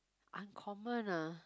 uncommon lah